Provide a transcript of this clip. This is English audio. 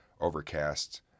Overcast